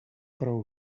prou